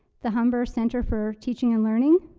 the humber centre for teaching and learning,